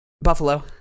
Buffalo